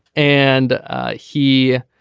and he